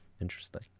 interesting